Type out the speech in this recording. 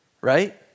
right